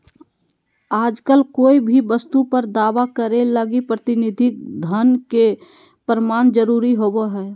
आजकल कोय भी वस्तु पर दावा करे लगी प्रतिनिधि धन के प्रमाण जरूरी होवो हय